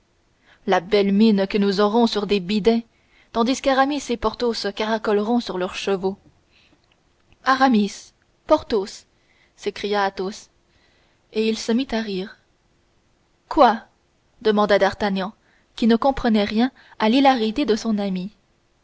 la belle mine que nous aurons sur des bidets tandis qu'aramis et porthos caracoleront sur leurs chevaux aramis porthos s'écria athos et il se mit à rire quoi demanda d'artagnan qui ne comprenait rien à l'hilarité de son ami